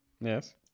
Yes